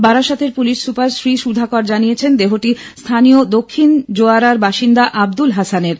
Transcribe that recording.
বারাসাতের police super Shri Sudhakar জানিয়েছেন দেহটি স্হানীয় দক্ষিণ জোয়ারার বাসিন্দা আব্দুল হাসানের